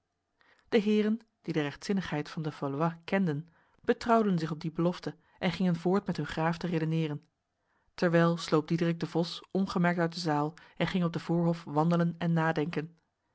de heren die de rechtzinnigheid van de valois kenden betrouwden zich op die belofte en gingen voort met hun graaf te redeneren terwijl sloop diederik de vos ongemerkt uit de zaal en ging op de voorhof wandelen en nadenken